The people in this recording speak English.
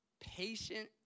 patient